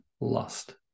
lust